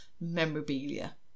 memorabilia